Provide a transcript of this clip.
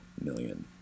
million